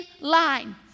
line